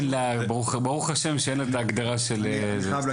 וברוך השם שהיא לא עונה על ההגדרה של נכה.